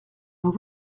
nous